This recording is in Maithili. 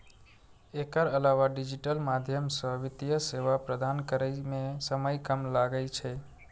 एकर अलावा डिजिटल माध्यम सं वित्तीय सेवा प्रदान करै मे समय कम लागै छै